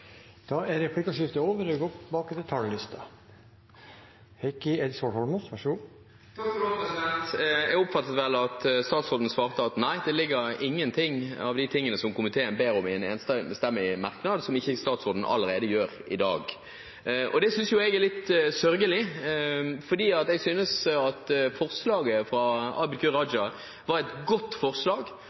Replikkordskiftet er omme. Jeg oppfattet det vel slik at statsråden svarte at det ligger ingenting av det som komiteen ber om i en enstemmig merknad, som ikke statsråden allerede gjør i dag. Det synes jeg er litt sørgelig, for jeg synes forslaget fra Abid Q. Raja er et godt forslag,